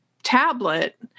Tablet